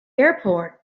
airport